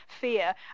fear